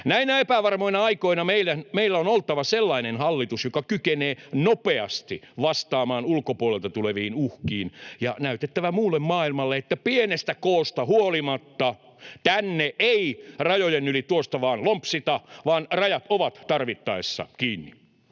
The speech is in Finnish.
Näinä epävarmoina aikoina meillä on oltava sellainen hallitus, joka kykenee nopeasti vastaamaan ulkopuolelta tuleviin uhkiin ja näyttämään muulle maailmalle, että pienestä koostamme huolimatta tänne ei rajojen yli tuosta vaan lompsita, vaan rajat ovat tarvittaessa kiinni.